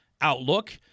outlook